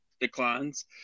declines